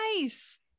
nice